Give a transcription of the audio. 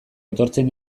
etortzen